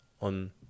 on